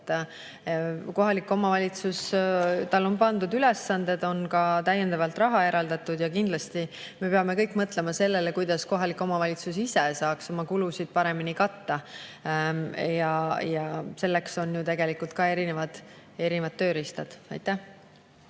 Kohalikele omavalitsustele on pandud ülesanded, neile on ka täiendavalt raha eraldatud. Kindlasti me peame kõik mõtlema sellele, kuidas kohalik omavalitsus ise saaks oma kulusid paremini katta ja selleks on ju tegelikult ka erinevad tööriistad. Vadim